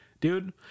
dude